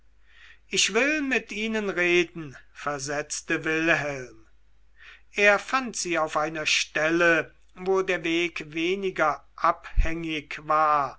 ich will mit ihnen reden versetzte wilhelm er fand sich auf einer stelle wo der weg weniger abhängig war